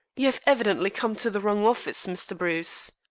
you have evidently come to the wrong office, mr. bruce.